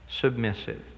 submissive